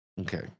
Okay